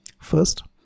first